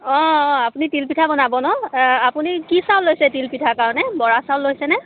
অ' অ' আপুনি তিলপিঠা বনাব ন অ' আপুনি কি চাউল লৈছে তিলপিঠা কাৰণে বৰা চাউল লৈছেনে